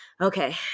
okay